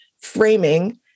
framing